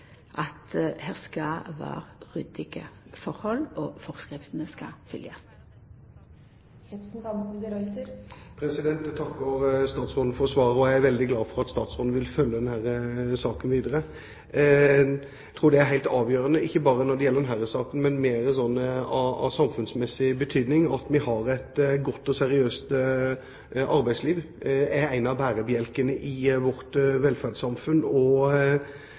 at det skal vera ryddige forhold, og at føresegnene skal følgjast. Jeg takker statsråden for svaret, og jeg er veldig glad for at statsråden vil følge denne saken videre. Jeg tror det er helt avgjørende, ikke bare når det gjelder denne saken, men det er av samfunnsmessig betydning at vi har et godt og seriøst arbeidsliv. Det er en av bærebjelkene i vårt velferdssamfunn.